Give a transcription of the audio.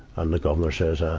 and the governor says, ah